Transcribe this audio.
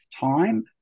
time